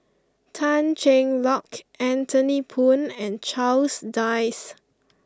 Tan Cheng Lock Anthony Poon and Charles Dyce